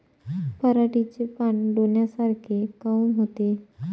पराटीचे पानं डोन्यासारखे काऊन होते?